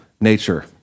nature